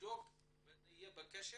נבדוק ונהיה בקשר,